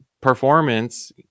performance